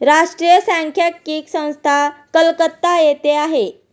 राष्ट्रीय सांख्यिकी संस्था कलकत्ता येथे आहे